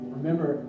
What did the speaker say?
Remember